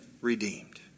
redeemed